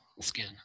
skin